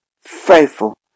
faithful